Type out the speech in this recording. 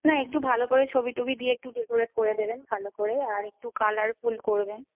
না একটু ভালো করে ছবি টবি দিয়ে একটু ডেকোরেট করে দেবেন ভালো করে আর একটু কালারফুল করবেন